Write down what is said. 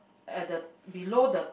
at the below the